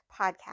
podcast